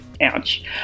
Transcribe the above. ouch